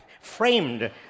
framed